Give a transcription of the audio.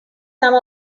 some